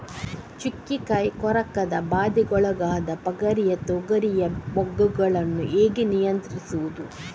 ಚುಕ್ಕೆ ಕಾಯಿ ಕೊರಕದ ಬಾಧೆಗೊಳಗಾದ ಪಗರಿಯ ತೊಗರಿಯ ಮೊಗ್ಗುಗಳನ್ನು ಹೇಗೆ ನಿಯಂತ್ರಿಸುವುದು?